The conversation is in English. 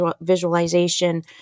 visualization